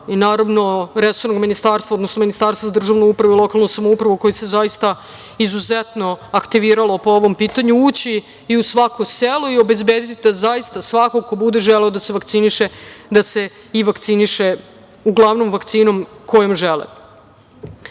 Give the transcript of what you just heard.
i, naravno, resornog ministarstva, odnosno Ministarstva za državnu upravu i lokalnu samoupravu, koje se zaista izuzetno aktiviralo po ovom pitanju, ući i u svako selo i obezbediti da zaista svako ko bude želeo da se vakciniše, da se i vakciniše, uglavnom vakcinom kojom žele. Što